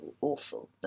awful